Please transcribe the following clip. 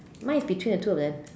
mine is between the two of them